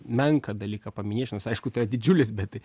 menką dalyką paminėsiu nors aišku tai yra didžiulis bet tai